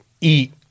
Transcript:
eat